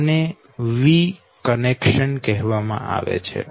આને વી જોડાણ કહેવામાં આવે છે